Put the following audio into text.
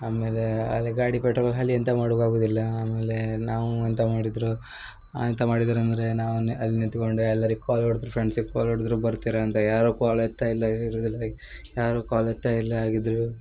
ಆಮೇಲೆ ಅಲ್ಲೇ ಗಾಡಿ ಪೆಟ್ರೋಲ್ ಖಾಲಿ ಎಂತ ಮಾಡುಕ್ಕಾಗುದಿಲ್ಲ ಆಮೇಲೆ ನಾವು ಎಂತ ಮಾಡಿದರು ಎಂತ ಮಾಡಿದರು ಅಂದರೆ ನಾವನ್ನೆ ಅಲ್ಲಿ ನಿಂತ್ಕೊಂಡು ಎಲ್ಲರಿಗೆ ಕಾಲ್ ಹೊಡೆದ್ರೂ ಫ್ರೆಂಡ್ಸಿಗೆ ಕಾಲ್ ಹೊಡೆದ್ರೂ ಬರ್ತೀರಾ ಅಂತ ಯಾರೂ ಕಾಲ್ ಎತ್ತಾ ಇಲ್ಲ ಇರುವುದಿಲ್ಲ ಯಾರೂ ಕಾಲ್ ಎತ್ತಾ ಇಲ್ಲ ಹಾಗಿದ್ರು